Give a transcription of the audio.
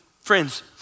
friends